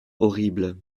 horrible